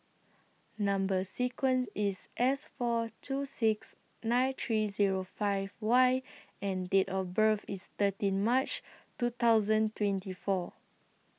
Number sequence IS S four two six nine three Zero five Y and Date of birth IS thirteen March two thousand twenty four